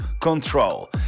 control